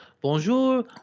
bonjour